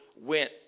went